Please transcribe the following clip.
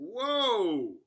Whoa